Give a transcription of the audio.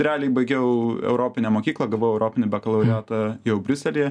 realiai baigiau europinę mokyklą gavau europinį bakalaureatą jau briuselyje